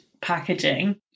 packaging